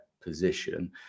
position